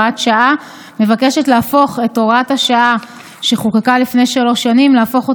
מס' 4 והוראת שעה) (תיקון) (הפיכת הוראת השעה להוראת קבע),